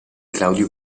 claudio